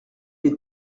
les